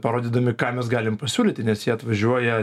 parodydami ką mes galim pasiūlyti nes jie atvažiuoja